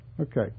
Okay